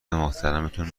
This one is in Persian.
محترمتون